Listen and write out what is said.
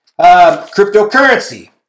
Cryptocurrency